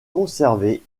conservé